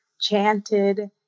chanted